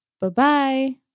Bye-bye